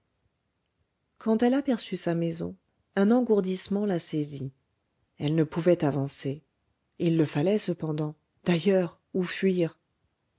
quand elle aperçut sa maison un engourdissement la saisit elle ne pouvait avancer il le fallait cependant d'ailleurs où fuir